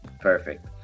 Perfect